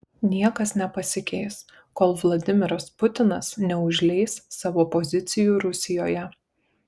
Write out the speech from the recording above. niekas nepasikeis kol vladimiras putinas neužleis savo pozicijų rusijoje